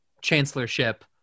chancellorship